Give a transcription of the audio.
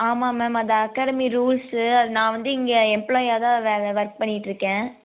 ஆமாம் மேம் அது academy rules அது நான் வந்து இங்கே எம்ப்ளாயாகதான் வேறு ஒர்க் பண்ணிகிட்ருக்கேன்